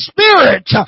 Spirit